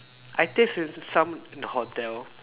I taste the the some in the hotel